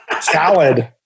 Salad